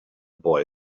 boy